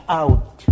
out